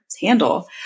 handle